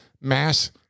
mass